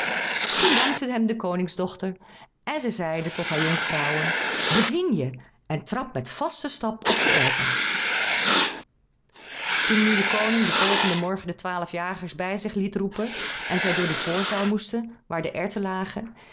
toen dankte hem de koningsdochter en zij zeide tot haar jonkvrouwen bedwing je en trap met vasten stap op de erwten toen nu de koning den volgenden morgen de twaalf jagers bij zich liet roepen en zij door de voorzaal moesten waar de erwten lagen